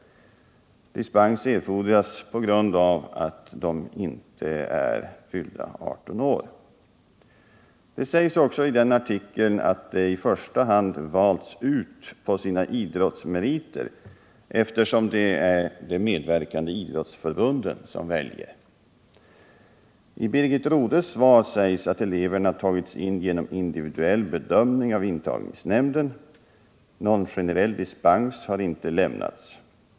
Dispens erfordras på grund av att de inte är fyllda 18 år. Det sägs också i den artikeln att de i första hand valts ut efter sina idrottsmeriter, eftersom det är de medverkande idrottsförbunden som står för uttagningen. I Birgit Rodhes svar sägs att eleverna tagits in genom individuell bedömning av intagningsnämnden. Någon generell dispens har inte lämnats.